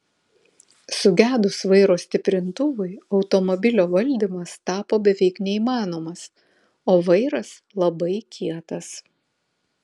sugedus vairo stiprintuvui automobilio valdymas tapo beveik neįmanomas o vairas labai kietas